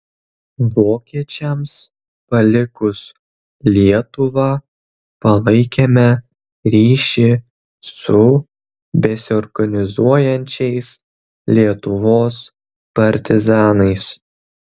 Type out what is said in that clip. vokiečiams palikus lietuvą palaikėme ryšį su besiorganizuojančiais lietuvos partizanais